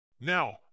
Now